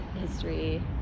history